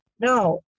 No